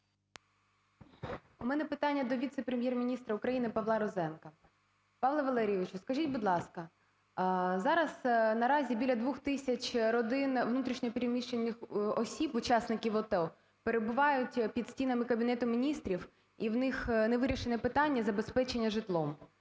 У мене питання до віце-прем’єр-міністра України Павла Розенка. Павле Валерійовичу, скажіть, будь ласка, зараз наразі біля двох тисяч родин внутрішньо переміщених осіб учасників АТО перебувають під стінами Кабінету Міністрів. І в них невирішене питання забезпечення житлом.